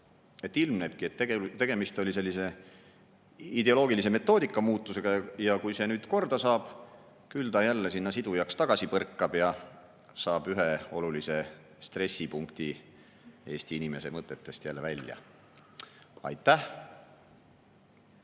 et ilmnebki, et tegemist oli metoodika ideoloogilise muutusega, ja kui see korda saab, küll ta jälle sinna sidujaks tagasi põrkab ja saab ühe olulise stressipunkti Eesti inimese mõtetest jälle välja. Aitäh!